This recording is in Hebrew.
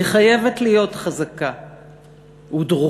והיא חייבת להיות חזקה ודרוכה,